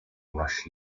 rush